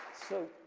so,